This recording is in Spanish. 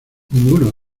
ninguno